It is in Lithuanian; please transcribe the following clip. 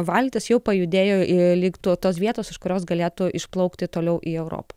valtis jau pajudėjo į lik to tos vietos iš kurios galėtų išplaukti toliau į europą